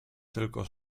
tylko